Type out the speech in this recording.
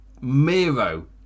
Miro